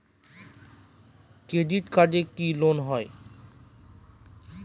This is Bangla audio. ক্রেডিট কার্ডে কি লোন হয়?